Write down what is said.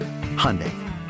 Hyundai